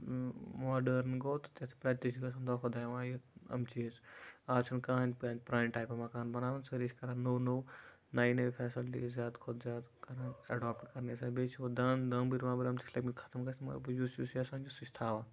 modern گوٚو تہِ تتہِ تہِ چھُ گَژھان دۄہ کھۄتہٕ دۄہ یِوان یِم چیٖز آز چھنہٕ کٕہٕنۍ پرانہِ ٹایپُک مَکان بَناوان سٲری چھِ کَران نوٚو نوٚو نَیہِ نَیہِ فیسَلٹی زیادٕ کھۄتہِ زیادٕ کَران ایٚڈاپٹبیٚیہِ چھِ وَنۍ دان دامبٕر وامبٕر یِم چھِ لٔگمٕتۍ ختم گَژھنَس مگر یُس یُس یَژھان چھُ سُہ چھُ تھاوان